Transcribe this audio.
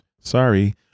sorry